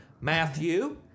Matthew